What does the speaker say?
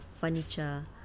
furniture